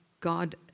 God